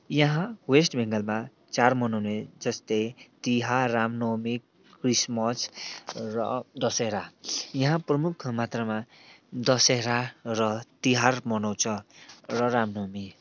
यहाँ वेस्ट बेङ्गलमा चाड मनाउने जेस्तै तिहार रामनवमी क्रिसमस र दसेरा यहाँ प्रमुख मात्रामा दसेरा र तिहार मनाउँछ र रामनवमी